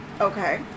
Okay